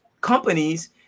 companies